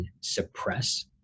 suppress